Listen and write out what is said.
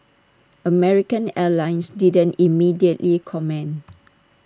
American airlines didn't immediately comment